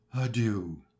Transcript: Adieu